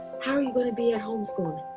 how are you going to be at home school?